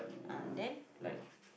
like